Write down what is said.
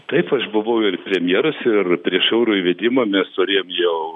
taip aš buvau ir premjeras ir prieš euro įvedimą mes turėjom jau